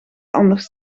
anders